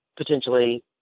potentially